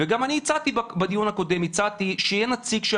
וגם אני הצעתי בדיון הקודם שיהיה נציג של